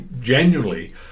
genuinely